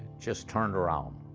just turned around,